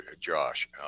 Josh